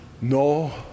No